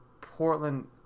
Portland